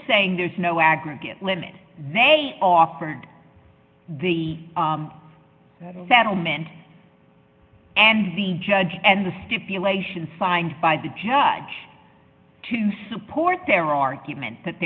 saying there's no aggregate limit they offered the settlement and the judge and the stipulation signed by the judge to support their argument that